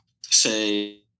say